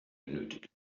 benötigt